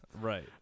Right